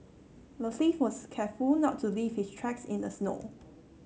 the thief was careful not leave his tracks in the snow